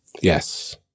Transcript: Yes